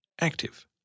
active